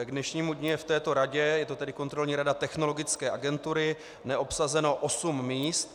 K dnešnímu dni je v této radě, to je Kontrolní rada Technologické agentury, neobsazeno 8 míst.